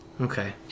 okay